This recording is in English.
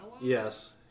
Yes